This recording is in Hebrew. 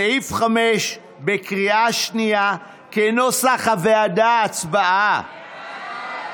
סעיף 5, כנוסח הוועדה, בקריאה שנייה, הצבעה.